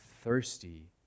thirsty